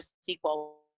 sequel